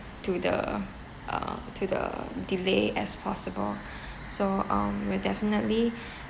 to the uh to the delay as possible so um we'll definitely